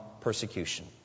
persecution